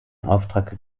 auftrag